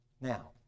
now